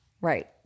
right